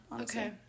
Okay